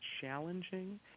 challenging